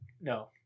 no